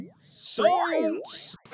Science